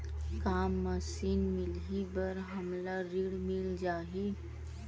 का मशीन मिलही बर हमला ऋण मिल जाही?